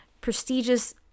prestigious